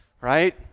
right